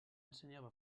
ensenyava